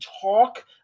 talk